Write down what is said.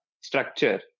structure